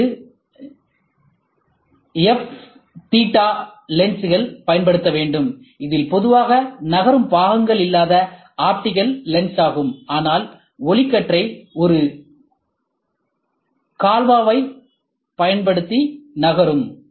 அவற்றிற்கு F theta லென்ஸ்கள் பயன்படுத்த வேண்டும் இதில் பொதுவாக நகரும் பாகங்கள் இல்லாத ஆப்டிகல் லென்ஸாகும் ஆனால் ஒளிக்கற்றை ஒரு கால்வோவைப் பயன்படுத்தி நகரும்